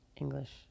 English